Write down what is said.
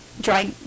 dry